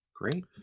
Great